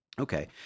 Okay